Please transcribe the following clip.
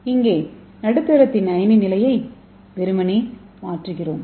இங்கே நடுத்தரத்தின் அயனி நிலையை வெறுமனே மாற்றுகிறோம்